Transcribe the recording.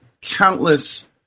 countless